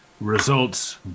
results